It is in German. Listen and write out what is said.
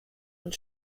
und